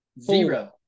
Zero